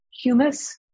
humus